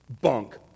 Bunk